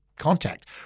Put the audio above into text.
contact